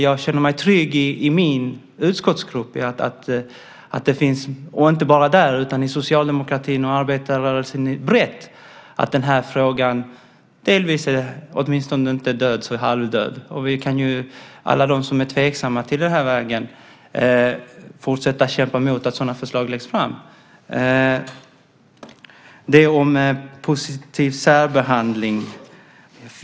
Jag känner mig trygg i min utskottsgrupp, och inte bara där utan också i socialdemokratin och arbetarrörelsen brett, för att den här frågan delvis är om inte död så åtminstone halvdöd. Alla de som är tveksamma till den här vägen kan fortsätta att kämpa emot att sådana förslag läggs fram. Detta om positiv särbehandling.